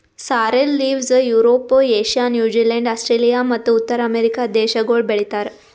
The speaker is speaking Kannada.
sorrel leaves Europe, Asia, New Zealand, Australia ಮತ್ತ ಉತ್ತರ ಅಮೆರಿಕ ದೇಶಗೊಳ್ ಬೆ ಳಿತಾರ್